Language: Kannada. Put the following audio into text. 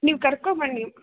ನೀವು ಕರ್ಕೊಬನ್ನಿ